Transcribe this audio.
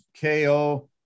KO